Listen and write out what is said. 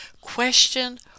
question